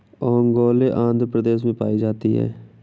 ओंगोले आंध्र प्रदेश में पाई जाती है